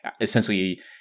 essentially